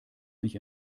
mich